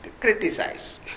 criticize